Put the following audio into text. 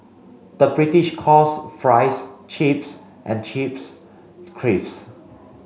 the British calls fries chips and chips crisps